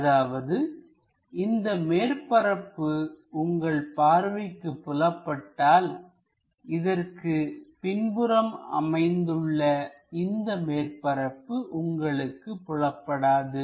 அதாவது இந்த மேற்பரப்பு உங்கள் பார்வைக்கு புலப்பட்டால் இதற்கு பின்புறம் அமைந்துள்ள இந்த மேற்பரப்பு உங்களுக்கு புலப்படாது